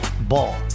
Ball